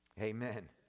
Amen